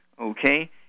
Okay